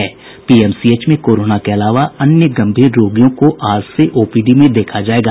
PMCH में corona के अलावा अन्य गंभीर रोगियों को आज से ओपीडी में देखा जायेगा